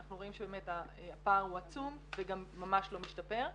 אנחנו רואים שבאמת הפער הוא עצום וגם ממש לא משתפר.